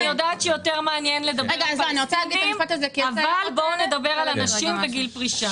אני יודעת שיותר מעניין לדבר על זה אבל בואו נדבר על הנשים בגיל פרישה.